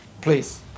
Please